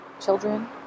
children